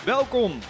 Welkom